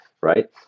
right